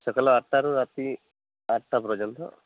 ସକାଳ ଆଠଟାରୁ ରାତି ଆଠଟା ପର୍ଯ୍ୟନ୍ତ